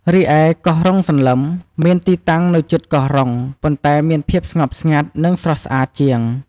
រីឯ កោះរុងសន្លឹម មានទីតាំងនៅជិតកោះរុង ប៉ុន្តែមានភាពស្ងប់ស្ងាត់ និងស្រស់ស្អាតជាង។